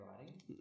writing